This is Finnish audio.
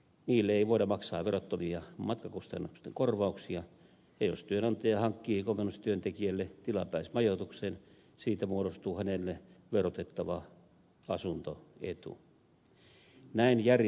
niille ei voida maksaa verottomia matkakustannusten korvauksia ja jos työnantaja hankkii komennustyöntekijälle tilapäismajoituksen siitä muodostuu hänelle verotettava asunto etu